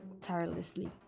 tirelessly